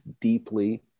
deeply